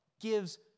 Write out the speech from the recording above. gives